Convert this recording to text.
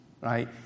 right